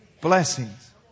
blessings